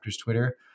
Twitter